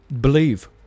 Believe